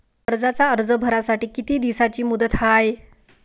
कर्जाचा अर्ज भरासाठी किती दिसाची मुदत हाय?